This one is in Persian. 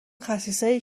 خسیسایی